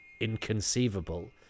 inconceivable